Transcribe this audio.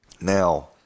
Now